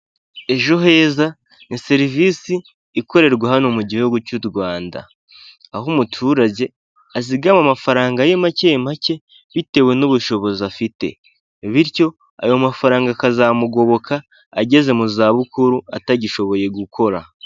Ejo heza ni serivisi ikorerwa hano mu gihugu cy'u Rwanda aho umuturage azigama amafaranga ye make make bitewe n'ubushobozi afite, bityo ayo mafaranga akazamugoboka ageze mu za bukuru atagishoboye gukora.